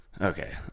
okay